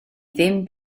ddim